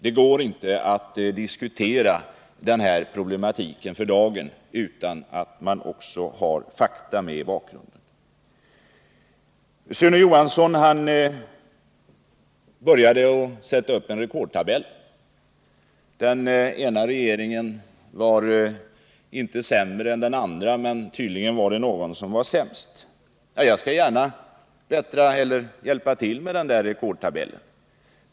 Det går inte att diskutera den här problematiken utan att man också har fakta med i bakgrunden. Sune Johansson redovisade en rekordtabell: den ena regeringen var inte sämre än den andra, men tydligen var det någon regering som var sämst. Jag Nr 26 skall gärna bidra med andra exempel till den rekordtabellen.